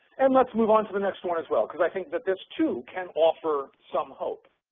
and let's move on to the next one as well because i think that this too, can offer some hope.